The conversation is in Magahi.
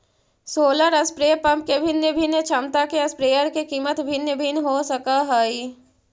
सोलर स्प्रे पंप के भिन्न भिन्न क्षमता के स्प्रेयर के कीमत भिन्न भिन्न हो सकऽ हइ